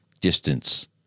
distance